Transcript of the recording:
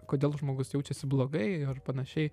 kodėl žmogus jaučiasi blogai ar panašiai